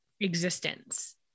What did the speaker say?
existence